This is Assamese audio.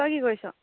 তই কি কৰিছ